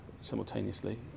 simultaneously